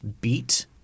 beat